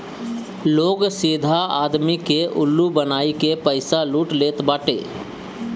लोग सीधा आदमी के उल्लू बनाई के पईसा लूट लेत बाटे